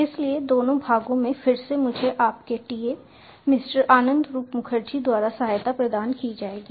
इसलिए दोनों भागों में फिर से मुझे आपके TA मिस्टर आनंदरुप मुखर्जी द्वारा सहायता प्रदान की जाएगी